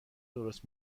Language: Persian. درست